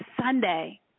Sunday